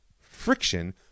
friction